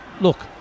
look